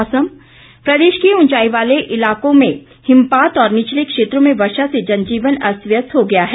मौसम प्रदेश के ऊंचाई वालों में इलाकों में हिमपात और निचले क्षेत्रों में वर्षा से जनजीवन अस्त व्यस्त हो गया है